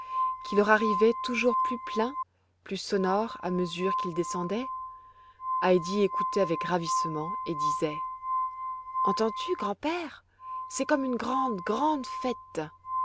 qui leur arrivait toujours plus plein plus sonore à mesure qu'ils descendaient heidi écoutait avec ravissement et disait entends-tu grand-père c'est comme une grande grande fête